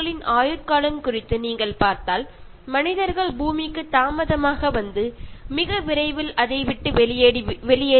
നിങ്ങൾക്ക് മനുഷ്യന്റെ ജീവിത കാലയളവ് നോക്കിയാൽ മനസ്സിലാകും ഏറ്റവും അവസാനം ഭൂമുഖത്തേക്ക് വന്ന മനുഷ്യൻ വളരെ വേഗം അപ്രത്യക്ഷമാകേണ്ടി വരും